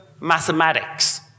mathematics